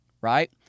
right